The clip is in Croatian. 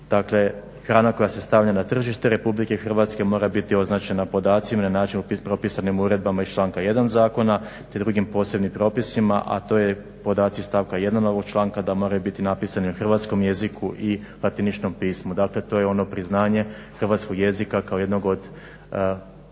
dakle hrana koja se stavlja na tržište RH mora biti označena podacima i na način propisanim uredbama iz članka 1. zakona, te drugim posebnim propisima, a to je podaci iz stavka 1. ovoga članka da moraju biti napisani na hrvatskom jeziku i latiničnom pismu. Dakle, to je ono priznanje hrvatskog jezika kao jednog od